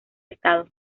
estado